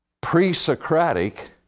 pre-Socratic